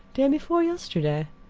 day before yesterday,